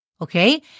okay